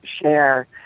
share